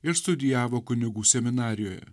ir studijavo kunigų seminarijoje